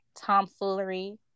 tomfoolery